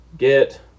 get